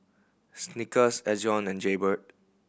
Snickers Ezion and Jaybird